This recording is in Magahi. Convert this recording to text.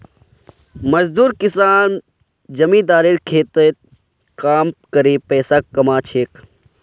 मजदूर किसान जमींदारेर खेतत काम करे पैसा कमा छेक